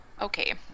okay